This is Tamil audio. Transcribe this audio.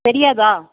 தெரியாதா